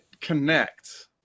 Connect